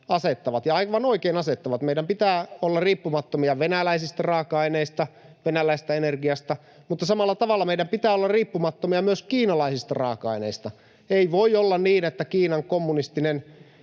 asettavat — ja aivan oikein asettavat — meidän pitää olla riippumattomia venäläisistä raaka-aineista, venäläisestä energiasta, mutta samalla tavalla meidän pitää olla riippumattomia myös kiinalaisista raaka-aineista. Ei voi olla niin, että Kiinan kommunistinen